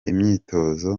imyitozo